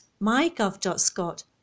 mygov.scot